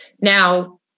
Now